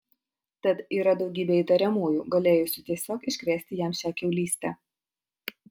tad yra daugybė įtariamųjų galėjusių tiesiog iškrėsti jam šią kiaulystę